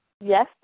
yes